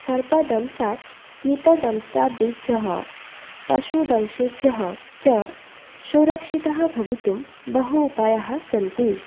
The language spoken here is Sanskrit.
सर्पदंशात् कीटदंष्ट्रादिभ्यः पशुदंशेभ्यः च सुरक्षितः भवितुं बहु उपायाः सन्ति